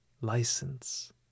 license